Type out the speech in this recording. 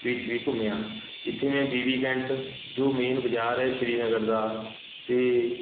ਵਿੱਚ ਵੀ ਘੁੰਮਿਆ ਜਿੱਥੇ ਮੈਂ ਬੀ ਬੀ ਕੈਂਟ ਜੋ ਮੇਨ ਬਜ਼ਾਰ ਹੈ ਸ਼੍ਰੀਨਗਰ ਦਾ ਅਤੇ